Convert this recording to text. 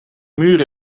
muur